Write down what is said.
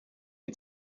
die